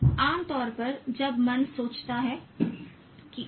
आम तौर पर जब मन सोचता है कि ओह